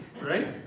right